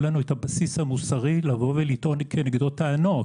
לנו את הבסיס המוסרי לטעון נגדו טענות.